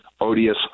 odious